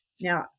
Now